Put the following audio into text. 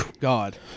god